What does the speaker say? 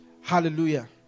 Hallelujah